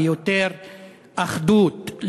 ליותר אחדות,